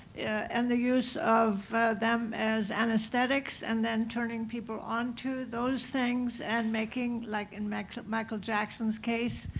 and the use of them as anesthetics, and then turning people onto those things, and making like and michael michael jackson's case,